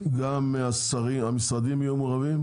גם המשרדים יהיו מעורבים,